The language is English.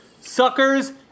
suckers